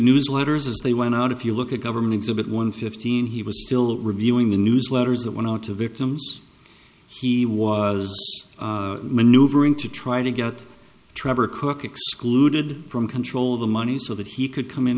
newsletters as they went out if you look at government exhibit one fifteen he was still reviewing the newsletters that went out to victims he was maneuvering to try to get trevor cook excluded from control of the money so that he could come in